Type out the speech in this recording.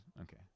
okay